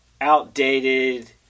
outdated